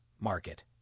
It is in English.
market